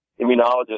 immunologist